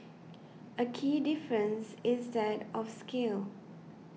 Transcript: a key difference is that of scale